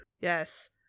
yes